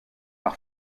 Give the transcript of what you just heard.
par